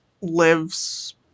lives